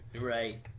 Right